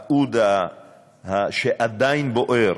האוד שעדיין בוער,